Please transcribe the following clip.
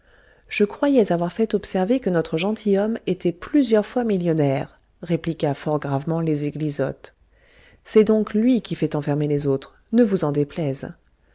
je croyais avoir fait observer que notre gentilhomme était plusieurs fois millionnaire répliqua fort gravement les eglisottes c'est donc lui qui fait enfermer les autres ne vous en déplaise